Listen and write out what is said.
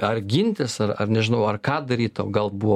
ar gintis ar ar nežinau ar ką daryt o gal buvo